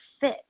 fit